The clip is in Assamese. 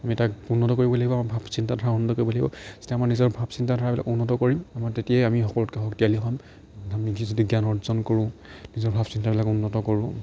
আমি তাক উন্নত কৰিবই লাগিব আমাৰ ভাৱ চিন্তাধাৰা উন্নত কৰিবই লাগিব যেতিয়া আমাৰ নিজৰ ভাৱ চিন্তাধাৰাবিলাক উন্নত কৰিম আমাৰ তেতিয়াই আমি সকলোতকৈ শক্তিশালী হ'ম আমি যদি জ্ঞান অৰ্জন কৰোঁ নিজৰ ভাৱ চিন্তাবিলাক উন্নত কৰোঁ